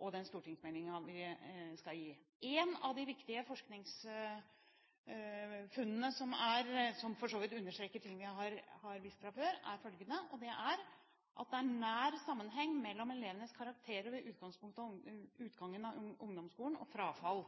og den stortingsmeldingen vi skal gi. Et av de viktige forskningsfunnene, som for så vidt understreker ting vi har visst fra før, er følgende: Det er nær sammenheng mellom elevenes karakterer ved utgangen av ungdomsskolen og frafall